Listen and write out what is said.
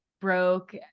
broke